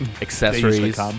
accessories